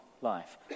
life